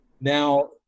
Now